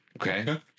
Okay